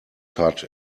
cut